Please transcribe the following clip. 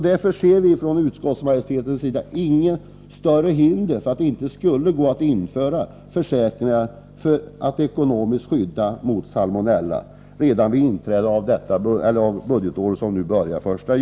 Därför ser vi från utskottsmajoritetens sida inga större hinder för att redan den 1 juli i år införa försäkringar som ger ekonomiskt skydd vid salmonellainfektioner i besättningarna.